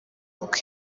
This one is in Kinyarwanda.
uko